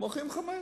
שמוכרים חמץ,